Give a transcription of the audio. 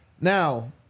Now